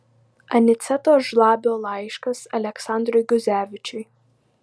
aniceto žlabio laiškas aleksandrui guzevičiui